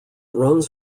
runs